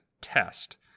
test